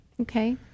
Okay